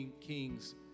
kings